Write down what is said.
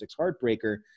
heartbreaker